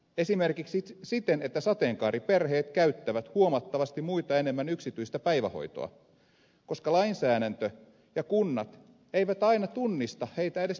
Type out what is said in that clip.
esimerkiksi siten että sateenkaariperheet käyttävät huomattavasti muita enemmän yksityistä päivähoitoa koska lainsäädäntö ja kunnat eivät aina tunnista heitä edes perheeksi